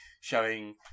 Showing